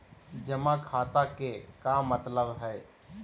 जमा खाता के का मतलब हई?